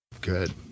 Good